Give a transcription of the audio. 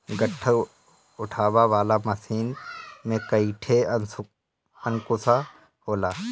गट्ठर उठावे वाला मशीन में कईठे अंकुशा होला